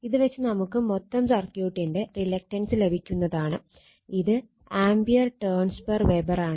ഇത് വെച്ച് നമുക്ക് മൊത്തം സർക്യൂട്ടിന്റെ റിലക്റ്റൻസ് ലഭിക്കുന്നതാണ് ഇത് ആംപിയർ ടേൺസ് പെർ വെബർ ആണ്